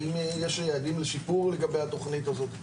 האם יש יעדים לשיפור לגבי התכנית הזאת,